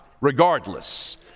regardless